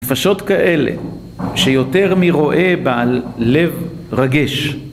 דפשות כאלה שיותר מרואה בעל לב רגש